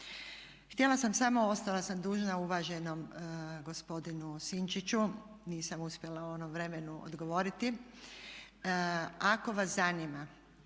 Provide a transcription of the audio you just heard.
Htjela sam samo, ostala sam dužna uvaženom gospodinu Sinčiću, nisam uspjela u onom vremenu odgovoriti. Ako vas zanima